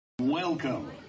Welcome